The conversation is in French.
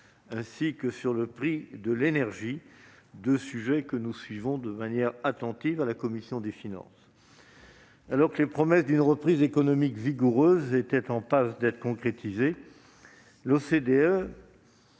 ainsi que sur les prix de l'énergie, deux sujets que suit avec attention la commission des finances. Alors que les promesses d'une reprise économique vigoureuse étaient en passe d'être concrétisées, l'OCDE,